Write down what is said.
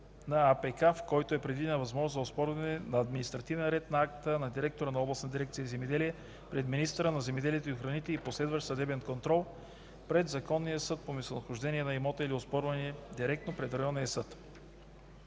на АПК, в който е предвидена възможност за оспорване на административен ред на акта на директора на областна дирекция „Земеделие“ пред министъра на земеделието и храните и последващ съдебен контрол пред законния съд по местонахождение на имота или оспорване директно пред районния съд.